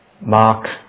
Mark